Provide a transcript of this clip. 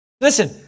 Listen